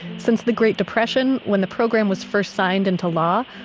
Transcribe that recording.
since the great depression, when the program was first signed into law,